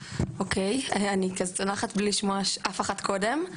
אוקיי, אני צונחת בלי לשמוע אף אחת קודם.